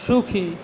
সুখী